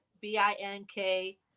B-I-N-K